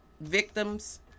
victims